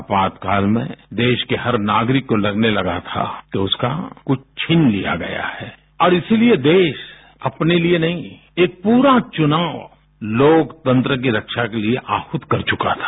आपातकाल में देश के हर नागरिक को लगने लगा था कि उसका कुछ छीन लिया गया है और इसीलिए देश अपने लिए नहीं एक पूरा चुनाव लोकतंत्र की रक्षा के लिए आहुत कर चुका था